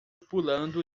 pulando